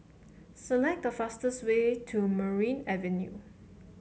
select the fastest way to Merryn Avenue